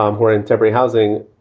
um who are in temporary housing.